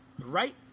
right